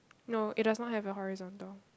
no it does not have a horizontal